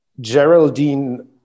Geraldine